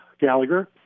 Gallagher